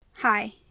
Hi